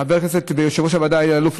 חבר הכנסת והיושב-ראש אלי אלאלוף,